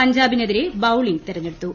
പഞ്ചാബിനെതിരെ bowling തെരഞ്ഞെടുത്തു